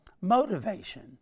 motivation